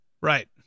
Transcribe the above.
Right